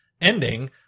ending